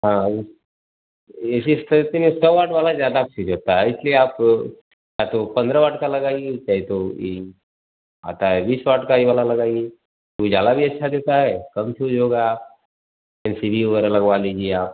हाँ तो ऐसी स्थिति में सौ वाट वाला ज़्यादा फ्यूज होता है इसलिए आप या तो पन्द्रह वाट का लगाइए चाहे तो ई आता है बीस वाट का ये वाला लगाइए उजाला भी अच्छा देता है कम फ्यूज होगा एल सी डी वगैरह लगवा लीजिए आप